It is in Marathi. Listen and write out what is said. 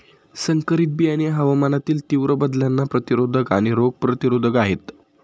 संकरित बियाणे हवामानातील तीव्र बदलांना प्रतिरोधक आणि रोग प्रतिरोधक आहेत